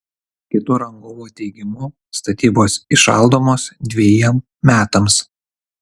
kito rangovo teigimu statybos įšaldomos dvejiem metams